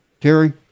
terry